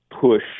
push